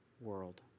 world